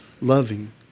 loving